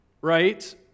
right